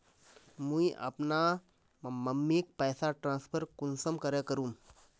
मुई अपना मम्मीक पैसा ट्रांसफर कुंसम करे करूम?